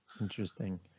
Interesting